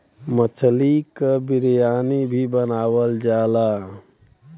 मछली क बिरयानी भी बनावल जाला